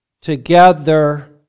together